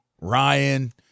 Ryan